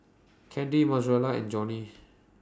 Candy Mozella and Johny